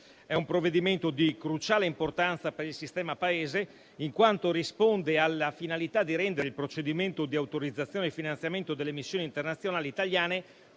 È un provvedimento di cruciale importanza per il sistema Paese, in quanto risponde alla finalità di rendere il procedimento di autorizzazione al finanziamento delle missioni internazionali italiane